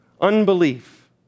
Unbelief